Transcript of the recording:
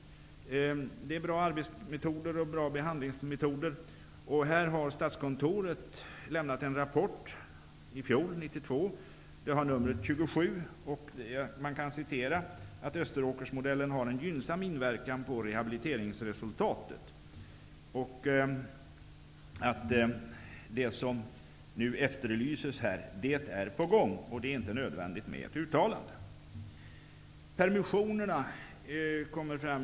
Man har där bra arbetsmetoder och behandlingsmetoder. Statskontoret lämnade i fjol, 1992, en rapport, nr 27. Där framgår det att Österåkersanstalten har en gynnsam inverkan på rehabiliteringsresultatet. Det som efterlyses i reservationen är alltså på gång, och det är inte nödvändigt med ett uttalande.